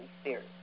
Spirit